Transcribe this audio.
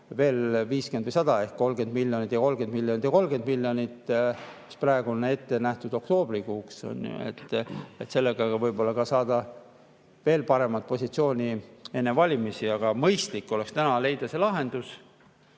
[eurot]. Ehk 30 miljonit ja 30 miljonit ja 30 miljonit, mis praegu on ette nähtud oktoobrikuuks. Sellega võib olla saab veel parema positsiooni enne valimisi. Aga mõistlik oleks täna leida see lahendus.